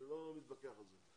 אני לא מתווכח על זה.